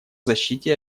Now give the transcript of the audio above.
защите